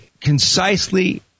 concisely